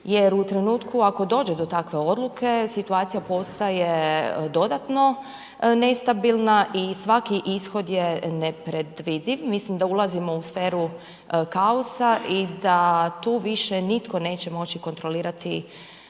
jer u trenutku ako dođe do takve odluke, situacija postaje dodatno nestabilna i svaki ishod je nepredvidiv, mislim da ulazimo u sferu kaosa i da tu više nitko neće moći kontrolirati